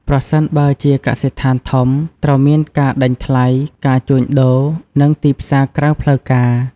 ប្រសិនបើជាកសិដ្ឋានធំ ត្រូវមានការដេញថ្លៃ ការជួញដូរ និងទីផ្សារក្រៅផ្លូវការ។